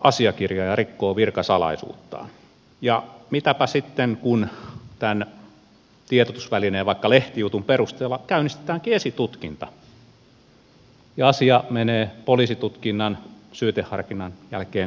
asiakirjan ja rikkoo virkasalaisuuttaan ja mitäpä sitten kun tämän tiedotusvälineen vaikka lehtijutun perusteella käynnistetäänkin esitutkinta ja asia menee poliisitutkinnan syyteharkinnan jälkeen oikeuteen